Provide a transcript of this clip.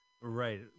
Right